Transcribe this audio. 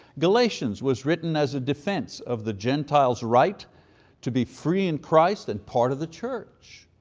galatians was written as a defense of the gentiles right to be free in christ and part of the church.